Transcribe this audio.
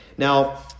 Now